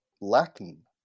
lacking